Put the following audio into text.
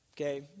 okay